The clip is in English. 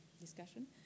discussion